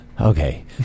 Okay